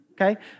Okay